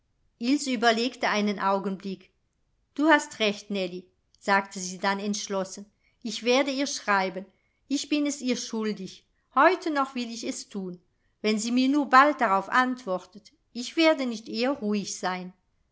überlegte einen augenblick du hast recht nellie sagte sie dann entschlossen ich werde ihr schreiben ich bin es ihr schuldig heute noch will ich es thun wenn sie mir nur bald darauf antwortet ich werde nicht eher ruhig sein